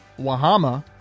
Wahama